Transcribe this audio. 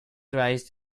raised